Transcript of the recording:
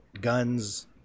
guns